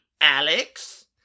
Alex